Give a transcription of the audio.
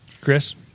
Chris